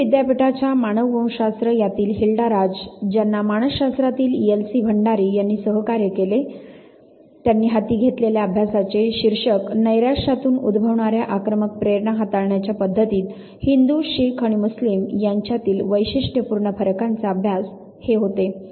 दिल्ली विद्यापीठाच्या मानववंशशास्त्र यातील हिल्डा राज ज्यांना मानस शास्त्रातील एल सी भंडारी यांनी सहकार्य केले त्यांनी हाती घेतलेल्या अभ्यासाचे शीर्षक "नैराश्यातून उद्भवणार्या आक्रमक प्रेरणा हाताळण्याच्या पद्धतीत हिंदू शीख आणि मुस्लिम यांच्यातील वैशिष्ट्यपूर्ण फरकाचा अभ्यास" हे होते